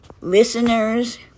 listeners